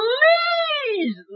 Please